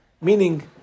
meaning